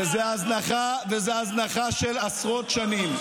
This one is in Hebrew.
וזאת הזנחה, זאת הזנחה של עשרות שנים.